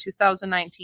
2019